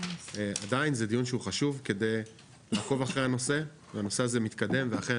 עדיין זה דיון שהוא חשוב כדי לעקוב אחרי הנושא והנושא הזה מתקדם ואכן,